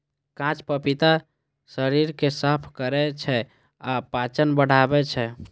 कांच पपीता शरीर कें साफ करै छै आ पाचन बढ़ाबै छै